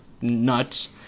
nuts